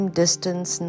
distance